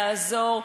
לעזור,